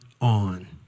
on